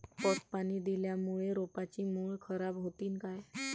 पट पाणी दिल्यामूळे रोपाची मुळ खराब होतीन काय?